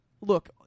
Look